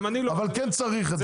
אבל כן צריך את זה.